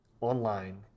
online